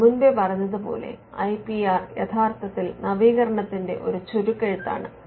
നമ്മൾ മുൻപേ പറഞ്ഞതുപോലെ ഐ പി ആർ യഥാർത്ഥത്തിൽ നവീകരണത്തിന്റെ ഒരു ചുരുക്കെഴുത്താണ്